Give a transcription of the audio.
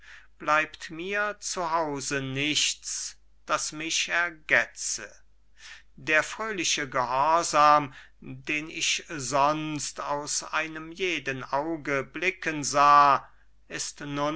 bleibt mir zu hause nichts das mich ergetze der fröhliche gehorsam den ich sonst aus einem jeden auge blicken sah ist